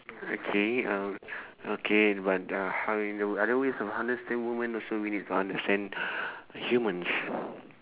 okay uh okay but uh how you know other ways of understand women also we need to understand humans